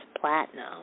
Platinum